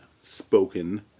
spoken